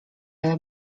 ale